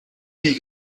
nie